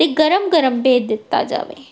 ਅਤੇ ਗਰਮ ਗਰਮ ਭੇਜ ਦਿੱਤਾ ਜਾਵੇ